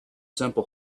simple